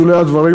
בשולי הדברים,